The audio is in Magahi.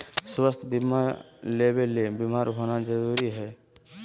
स्वास्थ्य बीमा लेबे ले बीमार होना जरूरी हय?